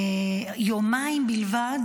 יומיים בלבד